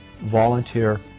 Volunteer